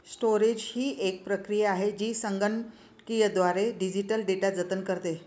storage ही एक प्रक्रिया आहे जी संगणकीयद्वारे डिजिटल डेटा जतन करते